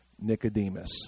Nicodemus